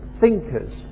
thinkers